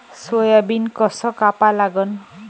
Soybean कस कापा लागन?